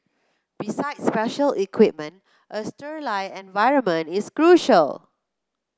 besides special equipment a environment is crucial